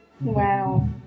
Wow